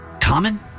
common